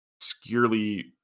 obscurely